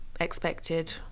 expected